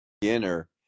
beginner